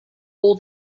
all